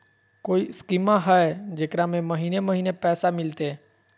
कोइ स्कीमा हय, जेकरा में महीने महीने पैसा मिलते?